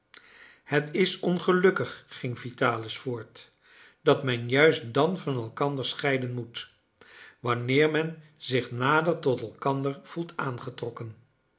het is ongelukkig ging vitalis voort dat men juist dan van elkander scheiden moet wanneer men zich nader tot elkander voelt aangetrokken